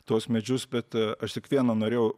tuos medžius bet aš tik vieną norėjau